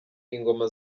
ingoma